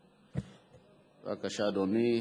בבקשה, אדוני.